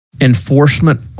enforcement